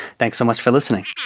thanks so much for listening.